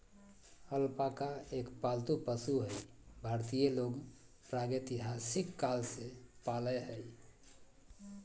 alpaca एक पालतू पशु हई भारतीय लोग प्रागेतिहासिक काल से पालय हई